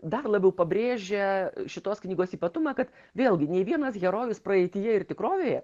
dar labiau pabrėžia šitos knygos ypatumą kad vėlgi nei vienas herojus praeityje ir tikrovėje